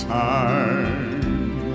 time